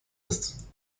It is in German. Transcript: ist